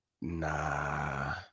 nah